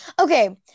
Okay